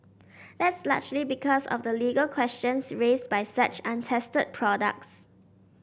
that's largely because of the legal questions raised by such untested products